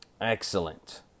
Excellent